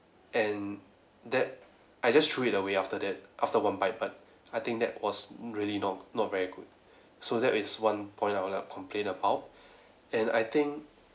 and that I just threw it away after that after one bite but I think that was really not not very good so that is one point I would like to complain about and I think